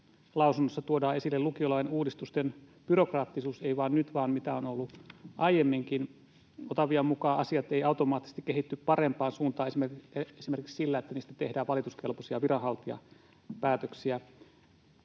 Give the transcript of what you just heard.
lausunnossa tuodaan esille lukiolain uudistusten byrokraattisuus — ei vain nyt, vaan mitä on ollut aiemminkin. Otavian mukaan asiat eivät automaattisesti kehity parempaan suuntaan esimerkiksi sillä, että niistä tehdään valituskelpoisia viranhaltijapäätöksiä.